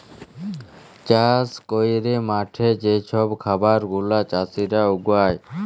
চাষ ক্যইরে মাঠে যে ছব খাবার গুলা চাষীরা উগায়